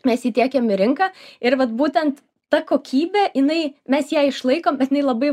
mes jį tiekiam į rinką ir vat būtent ta kokybė jinai mes ją išlaikom bet jinai labai